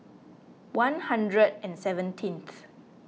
one hundred and seventeenth